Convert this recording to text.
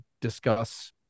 discuss